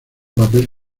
papel